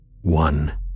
One